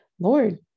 Lord